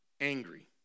angry